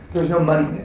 was no money